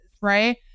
right